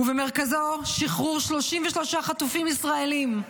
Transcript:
ובמרכזו שחרור 33 חטופים ישראלים.